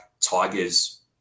Tigers